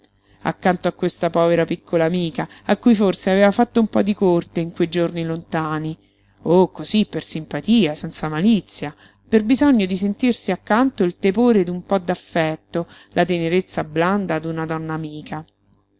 accanto a questa povera piccola amica a cui forse aveva fatto un po di corte in quei giorni lontani oh cosí per simpatia senza malizia per bisogno di sentirsi accanto il tepore d'un po d'affetto la tenerezza blanda d'una donna amica